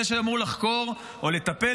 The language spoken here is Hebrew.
זה שאמור לחקור או "לטפל",